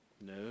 no